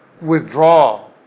withdraw